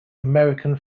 american